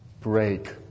Break